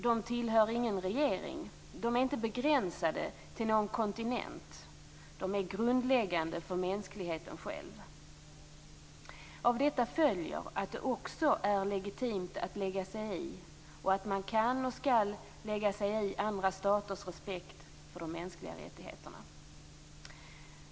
De tillhör ingen regering. De är inte begränsade till någon kontinent. De är grundläggande för mänskligheten själv. Av detta följer att det också är legitimt att lägga sig i och att man kan och skall lägga sig i andra staters respekt för de mänskliga rättigheterna.